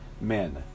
men